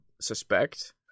suspect